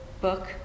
book